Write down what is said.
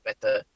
better